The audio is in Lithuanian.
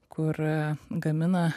kur gamina